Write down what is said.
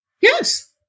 Yes